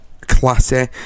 classy